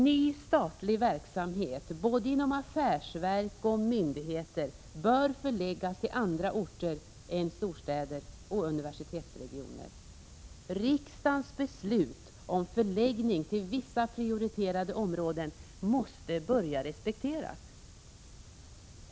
Ny statlig verksamhet inom både affärsverk och myndigheter bör förläggas till andra orter än storstäder och universitetsregioner. Riksdagens beslut om förläggning till vissa prioriterade områden måste börja respekteras.